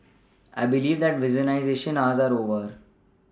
I believe that hours are over